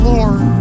Lord